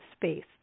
space